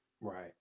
right